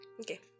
okay